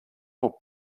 more